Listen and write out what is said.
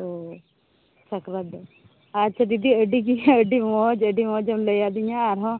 ᱚ ᱥᱟᱠᱨᱟᱛ ᱫᱚ ᱟᱪᱪᱷᱟ ᱫᱤᱫᱤ ᱟᱹᱰᱤ ᱜᱮ ᱟᱹᱰᱤ ᱢᱚᱡᱽ ᱟᱹᱰᱤ ᱢᱚᱡᱮᱢ ᱞᱟᱹᱭᱟᱹᱫᱤᱧᱟ ᱟᱨᱦᱚᱸ